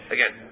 Again